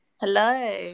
Hello